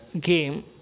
game